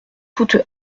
toute